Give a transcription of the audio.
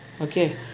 Okay